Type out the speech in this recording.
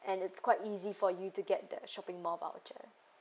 and it's quite easy for you to get the shopping more voucher